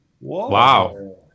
Wow